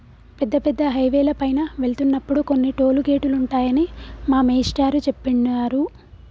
పెద్ద పెద్ద హైవేల పైన వెళ్తున్నప్పుడు కొన్ని టోలు గేటులుంటాయని మా మేష్టారు జెప్పినారు